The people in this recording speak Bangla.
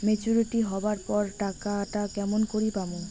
মেচুরিটি হবার পর টাকাটা কেমন করি পামু?